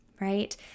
Right